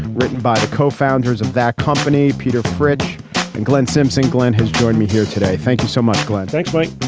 written by the co-founders of that company, peter fritsche and glenn simpson glenn has joined me here today. thank you so much, glenn. thanks, mike